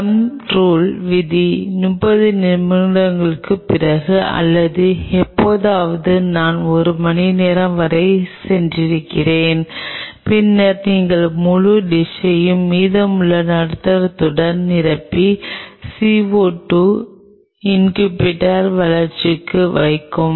thumb rule விதி 30 நிமிடங்களுக்குப் பிறகு அல்லது எப்போதாவது நான் ஒரு மணிநேரம் வரை சென்றிருக்கிறேன் பின்னர் நீங்கள் முழு டிஷையும் மீதமுள்ள நடுத்தரத்துடன் நிரப்பி CO2 இன்குபேட்டரில் வளர்ச்சிக்கு வைக்கவும்